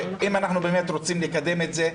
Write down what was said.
שאם אנחנו באמת רוצים לקדם את זה,